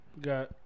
Got